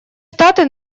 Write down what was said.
штаты